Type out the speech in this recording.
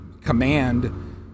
command